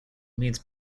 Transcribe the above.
means